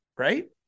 right